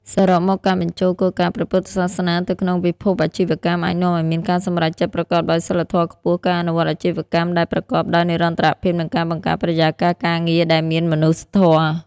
សរុបមក ការបញ្ចូលគោលការណ៍ព្រះពុទ្ធសាសនាទៅក្នុងពិភពអាជីវកម្ម អាចនាំឱ្យមានការសម្រេចចិត្តប្រកបដោយសីលធម៌ខ្ពស់ ការអនុវត្តអាជីវកម្មដែលប្រកបដោយនិរន្តរភាព និងការបង្កើតបរិយាកាសការងារដែលមានមនុស្សធម៌។